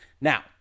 Now